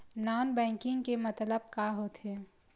Non banking के मतलब का होथे?